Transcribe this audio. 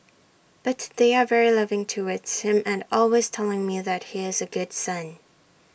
but they are very loving towards him and always telling me that he is A good son